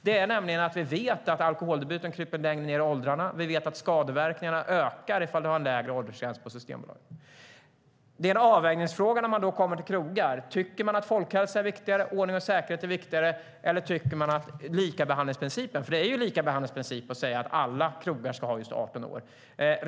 Vi vet nämligen att alkoholdebuten kryper längre ned i åldrarna. Vi vet att skadeverkningarna ökar om man har en lägre åldersgräns på Systembolaget. Det är en avvägningsfråga när man kommer till krogarna. Tycker man att folkhälsa, ordning och säkerhet är viktigare, eller tycker man att likabehandlingsprincipen är viktigare? Det handlar ju om likabehandlingsprincipen om man säger att alla krogar ska ha just 18 år som åldersgräns.